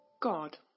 God